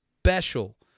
special